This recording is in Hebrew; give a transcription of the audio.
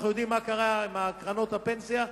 אנחנו יודעים מה קרה עם קרנות הפנסיה,